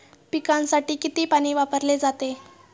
पिकांसाठी किती पाणी वापरले जाते?